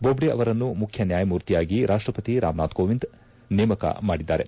ಬೋಜ್ಡೆ ಅವರನ್ನು ಮುಖ್ಯ ನ್ಯಾಯಮೂರ್ತಿಯಾಗಿ ರಾಷ್ಟಪತಿ ರಾಮ್ನಾಥ್ ಕೋವಿಂದ್ ನೇಮಕ ಮಾಡಿದ್ದಾರೆ